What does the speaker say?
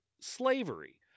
slavery